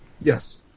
Yes